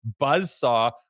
buzzsaw